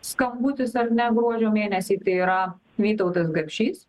skambutis ar ne gruodžio mėnesį tai yra vytautas gapšys